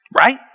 Right